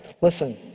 Listen